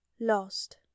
Lost